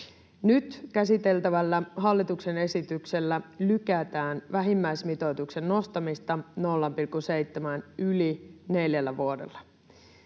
Nyt käsiteltävällä hallituksen esityksellä lykätään vähimmäismitoituksen nostamista 0,7:ään yli neljällä vuodella.